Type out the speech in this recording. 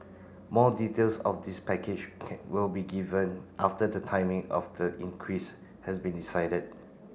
more details of this package can will be given after the timing of the increase has been decided